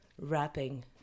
wrapping